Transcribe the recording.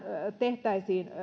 tehtäisiin